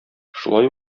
шулай